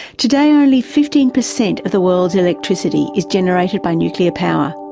today only fifteen percent of the world's electricity is generated by nuclear power.